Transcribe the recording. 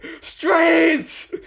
strange